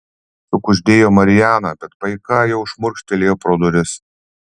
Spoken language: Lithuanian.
sukuždėjo mariana bet paika jau šmurkštelėjo pro duris